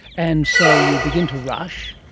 and so you begin to rush.